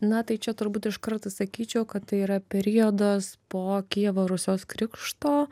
na tai čia turbūt iš karto sakyčiau kad tai yra periodas po kijevo rusios krikšto